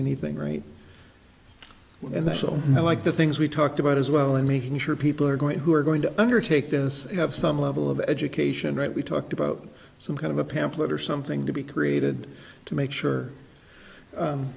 anything right and so now like the things we talked about as well and making sure people are going who are going to undertake this have some level of education right we talked about some kind of a pamphlet or something to be created to make sure